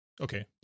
Okay